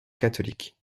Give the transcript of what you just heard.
catholique